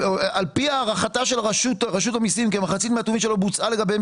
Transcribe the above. על פי הערכת רשות המיסים כמחצית מהטובין שלא בוצעה לגביהם